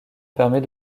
permet